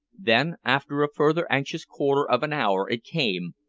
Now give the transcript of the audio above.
then after a further anxious quarter of an hour it came,